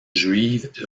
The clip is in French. juive